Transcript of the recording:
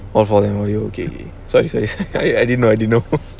all of four them oh oh okay okay sorry sorry I didn't know I didn't know